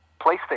PlayStation